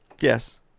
Yes